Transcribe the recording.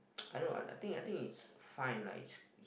I don't know I think I think it's fine like it's